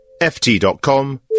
ft.com